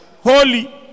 holy